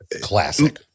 Classic